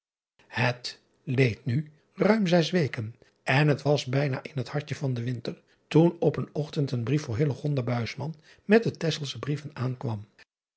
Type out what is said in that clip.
et leed nu ruim zes weken en het was bijna in het hartje van den winter toen op een ochtend een brief voor met de exelsche brieven aankwam